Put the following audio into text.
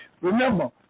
Remember